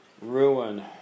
ruin